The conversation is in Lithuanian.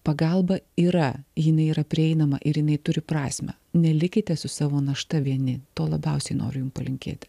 pagalba yra jinai yra prieinama ir jinai turi prasmę nelikite su savo našta vieni to labiausiai noriu jum palinkėti